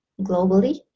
globally